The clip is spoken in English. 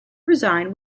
resign